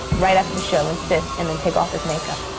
right after the show and sit and then take off his makeup.